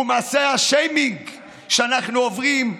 ומעשה השיימינג שאנחנו עוברים,